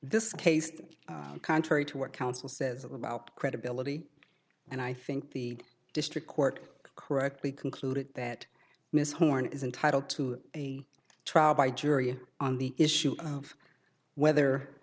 this case contrary to what counsel says about credibility and i think the district court correctly concluded that miss horne is entitled to a trial by jury on the issue of whether